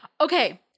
Okay